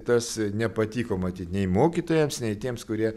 tas nepatiko matyt nei mokytojams nei tiems kurie